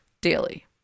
daily